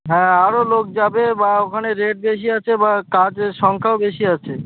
হ্যাঁ আরও লোক যাবে বা ওখানে রেট বেশি আছে বা কাজের সংখ্যাও বেশি আছে